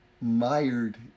mired